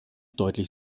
deutlich